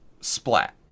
splat